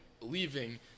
leaving